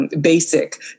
basic